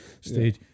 stage